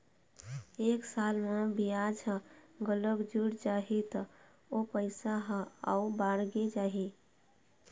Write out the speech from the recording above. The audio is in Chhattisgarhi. एक साल म बियाज ह घलोक जुड़ जाही त ओ पइसा ह अउ बाड़गे जाही